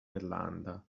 irlanda